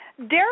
Daryl